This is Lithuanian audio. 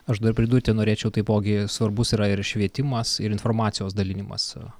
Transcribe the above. aš dar pridurti norėčiau taipogi svarbus yra ir švietimas ir informacijos dalinimas